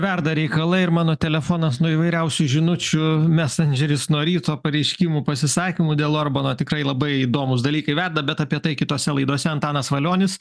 verda reikalai ir mano telefonas nuo įvairiausių žinučių mesendžeris nuo ryto pareiškimų pasisakymų dėl orbano tikrai labai įdomūs dalykai verda bet apie tai kitose laidose antanas valionis